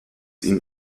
ihn